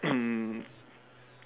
um